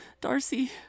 Darcy